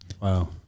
Wow